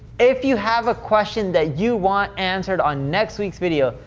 if you have a question that you want answered on next week's video,